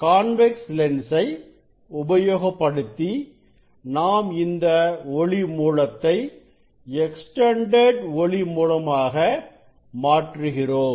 convex லென்சை உபயோகப்படுத்தி நாம் இந்த ஒளி மூலத்தை எக்ஸ்டெண்டெட் ஒளி மூலமாக மாற்றுகிறோம்